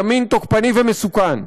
ימין תוקפני ומסוכן.